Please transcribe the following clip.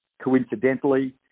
coincidentally